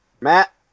Matt